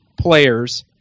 players